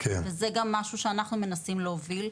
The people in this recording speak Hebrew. וזה גם משהו שאנחנו מנסים להוביל.